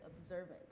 observant